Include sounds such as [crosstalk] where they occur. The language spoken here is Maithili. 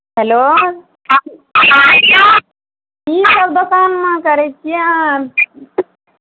हेलो [unintelligible] कीसभ दोकानमे करै छियै